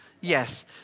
Yes